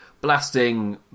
blasting